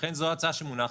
לכן זו ההצעה שמונחת.